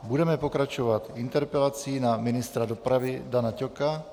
Budeme pokračovat interpelací na ministra dopravy Dana Ťoka.